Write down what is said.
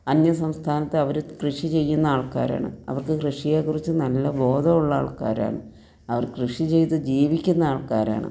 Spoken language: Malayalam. അന്യസംസ്ഥാനത്ത് അവർ കൃഷി ചെയ്യുന്ന ആൾക്കാരാണ് അവർക്ക് കൃഷിയെ കുറിച്ചു നല്ല ബോധമുള്ള ആൾക്കാരാണ് അവർ കൃഷി ചെയ്തു ജീവിക്കുന്ന ആൾക്കാരാണ്